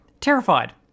terrified